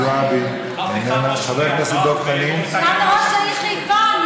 אולי תדבר על סגן ראש העיר חיפה?